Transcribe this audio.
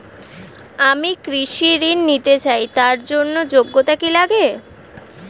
আমি কৃষি ঋণ নিতে চাই তার জন্য যোগ্যতা কি লাগে?